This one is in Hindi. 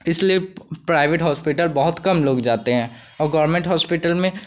इसलिए प प्राइवेट होस्पिटल बहुत कम लोग जाते हैं और गोरमेंट होस्पिटल में